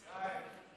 ישראל.